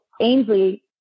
Ainsley